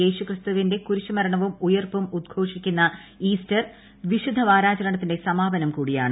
യേശുക്രിസ്തുവിന്റെ കുരിശുമരണവും ഉയിർപ്പും ഉദ്ഘോഷിക്കുന്ന ഈസ്റ്റർ വിശുദ്ധ വാരാഷ്ട്രണത്തിന്റെ സമാപനം കൂടിയാണ്